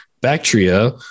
Bactria